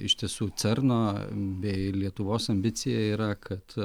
iš tiesų cerno bei lietuvos ambicija yra kad